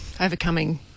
Overcoming